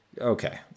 Okay